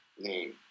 name